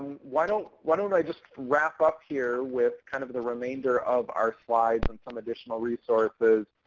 why don't why don't i just wrap up here with kind of the remainder of our slides and some additional resources.